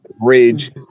Bridge